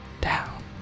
down